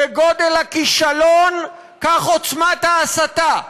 כגודל הכישלון כך עוצמת ההסתה.